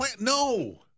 no